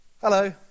Hello